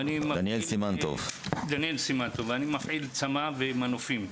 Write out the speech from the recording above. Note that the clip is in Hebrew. אני מפעיל צמ"ה ומנופים.